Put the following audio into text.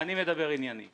אני מדבר עניינית.